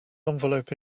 envelope